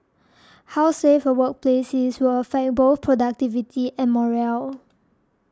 how safe a workplace is will affect both productivity and morale